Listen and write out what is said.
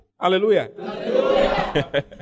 Hallelujah